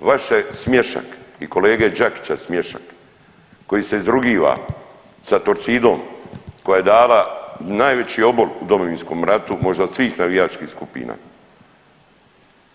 Vaš je smiješak i kolege Đakića smiješak koji se izrugiva sa Torcidom koja je dala najveći obol u Domovinskom ratu možda od svih navijačkih skupina